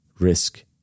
risk